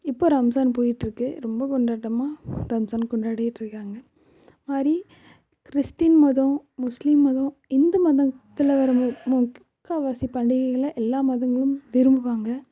இப்போ ரம்ஸான் போயிகிட்ருக்கு ரொம்ப கொண்டாட்டமாக ரம்ஸான் கொண்டாடிகிட்ருக்காங்க மாதிரி கிறிஸ்டின் மதம் முஸ்லீம் மதம் இந்து மதத்தில் வர மு முக் முக்கால்வாசி பண்டிகைகளை எல்லா மதங்களும் விரும்புவாங்க